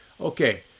Okay